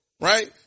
right